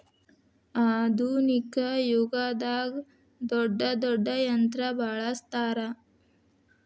ಆದುನಿಕ ಯುಗದಾಗ ದೊಡ್ಡ ದೊಡ್ಡ ಯಂತ್ರಾ ಬಳಸ್ತಾರ